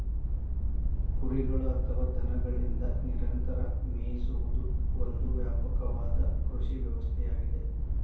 ಕುರಿಗಳು ಅಥವಾ ದನಗಳಿಂದ ನಿರಂತರ ಮೇಯಿಸುವುದು ಒಂದು ವ್ಯಾಪಕವಾದ ಕೃಷಿ ವ್ಯವಸ್ಥೆಯಾಗಿದೆ